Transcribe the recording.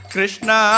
Krishna